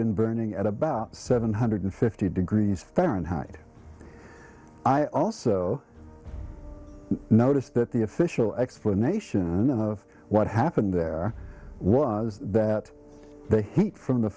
been burning at about seven hundred fifty degrees fahrenheit i also noticed that the official explanation of what happened was that the heat from the